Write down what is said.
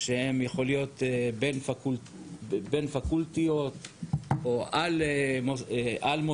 הוא הועבר, קוצץ, הוחלף, או מדברים על זה.